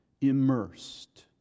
immersed